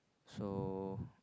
so